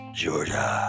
georgia